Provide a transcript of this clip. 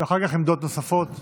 אחר כך עמדות נוספות.